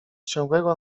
ciągłego